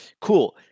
Cool